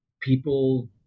people